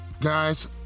guys